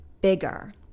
bigger